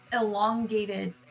elongated